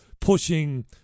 pushing